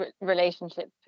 relationship